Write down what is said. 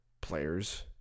players